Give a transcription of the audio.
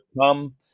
come